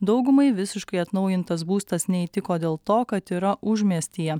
daugumai visiškai atnaujintas būstas neįtiko dėl to kad yra užmiestyje